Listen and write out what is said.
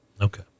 Okay